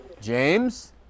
james